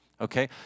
Okay